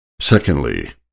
Secondly